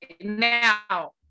now